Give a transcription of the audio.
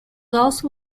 also